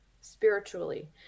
spiritually